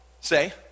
say